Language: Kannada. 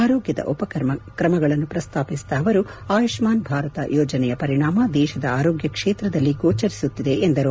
ಆರೋಗ್ಯದ ಉಪಕ್ರಮಗಳನ್ನು ಪ್ರಸ್ತಾಪಿಸಿದ ಅವರು ಆಯುಷ್ಮಾನ್ ಭಾರತ ಯೋಜನೆಯ ಪರಿಣಾಮ ದೇಶದ ಆರೋಗ್ಚಕ್ಷೇತ್ರದಲ್ಲಿ ಗೋಚರಿಸುತ್ತಿದೆ ಎಂದರು